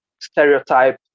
stereotype